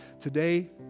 Today